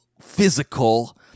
physical